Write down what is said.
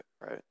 right